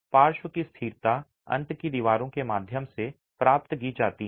पार्श्व की स्थिरता अंत की दीवारों के माध्यम से प्राप्त की जाती है